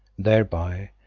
thereby,